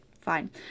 fine